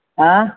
ایں